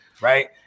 right